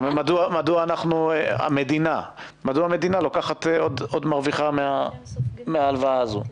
מדוע המדינה עוד מרוויחה מההלוואה הזאת?